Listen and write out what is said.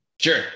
Sure